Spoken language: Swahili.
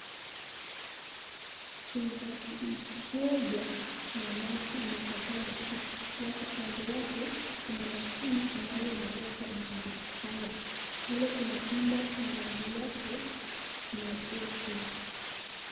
Chumba kubwa ya maji iko pale juu, halafu kando yake kuna mashini ambayo inaleta maji haya, pale kuna chumba kwa rangi yake nyeupe.